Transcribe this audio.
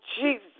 Jesus